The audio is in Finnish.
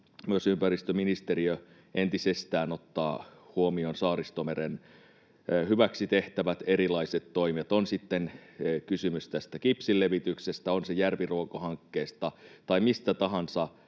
myös ympäristöministeriö entisestään ottaa huomioon Saaristomeren hyväksi tehtävät erilaiset toimet. On sitten kysymys tästä kipsin levityksestä, järviruokohankkeesta tai mistä tahansa